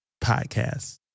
podcast